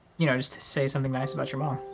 you know, just to say something nice about your mom.